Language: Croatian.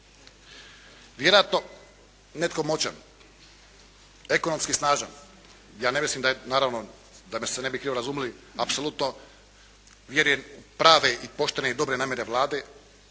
Vjerojatno netko moćan, ekonomski snažan, ja ne mislim da je naravno da me se ne bi krivo razumili, apsolutno vjerujem u prave i poštene i dobre namjere Vlade.